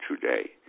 today